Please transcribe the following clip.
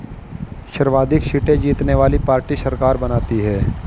सर्वाधिक सीटें जीतने वाली पार्टी सरकार बनाती है